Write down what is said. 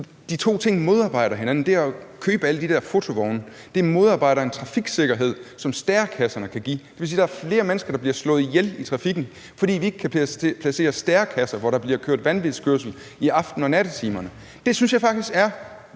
De to ting modarbejder hinanden. Det at købe alle de der fotovogne modarbejder en trafiksikkerhed, som stærekasserne kan give. Det vil sige, at der er flere mennesker, der bliver slået ihjel i trafikken, fordi vi ikke kan placere stærekasser der, hvor der bliver kørt vanvidskørsel i aften- og nattetimerne. Det synes jeg faktisk er